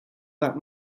that